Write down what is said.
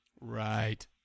Right